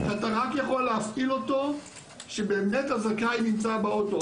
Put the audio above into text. אתה יכול להפעיל אותו רק כשבאמת הזכאי נמצא באוטו,